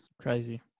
Crazy